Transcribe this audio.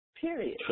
period